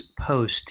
post